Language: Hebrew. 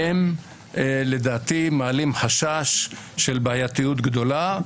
הם לדעתי מעלים חשש של בעייתיות גדולה.